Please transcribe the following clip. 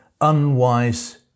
unwise